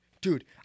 dude